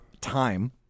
time